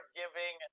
giving